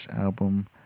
album